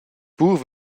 pur